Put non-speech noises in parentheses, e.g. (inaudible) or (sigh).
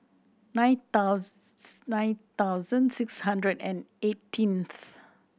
nine (unintelligible) nine thousand six hundred and eighteenth